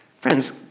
Friends